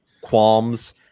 qualms